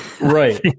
Right